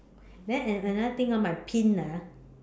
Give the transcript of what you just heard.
then another another thing orh my pin ah